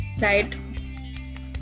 right